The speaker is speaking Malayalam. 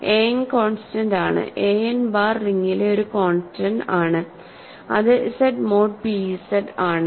an കോൺസ്റ്റന്റ് ആണ്an ബാർ റിംഗിലെ ഒരു കോൺസ്റ്റന്റ് ആണ്അത് Z മോഡ് p Z ആണ്